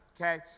okay